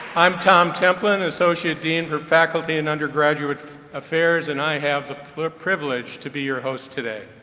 i'm tom templin, associate dean for faculty and undergraduate affairs, and i have the privilege to be your host today.